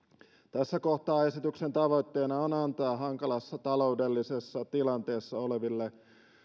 tässä kohtaa esityksen tavoitteena on antaa hankalassa taloudellisessa tilanteessa oleville